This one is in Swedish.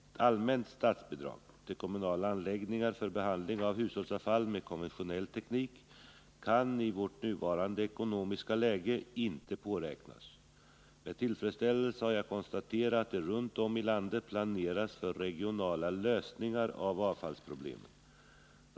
Ett allmänt statsbidrag till kommunala anläggningar för behandling av hushållsavfall med konventionell teknik kan, i vårt nuvarande ekonomiska läge, inte påräknas. Med tillfredsställelse har jag konstaterat att det runt om i landet planeras för regionala lösningar av avfallsproblemen.